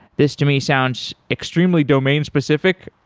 this to me sounds extremely domain specific.